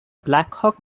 blackhawk